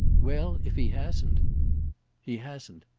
well, if he hasn't he hasn't.